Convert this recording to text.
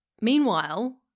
meanwhile